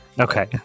Okay